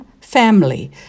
family